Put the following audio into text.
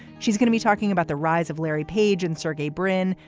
she's going to be talking about the rise of larry page and sergey brin,